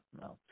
no